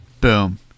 Boom